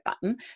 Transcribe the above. button